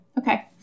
Okay